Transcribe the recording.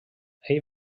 ell